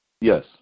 Yes